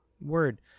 word